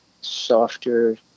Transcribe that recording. softer